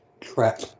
trap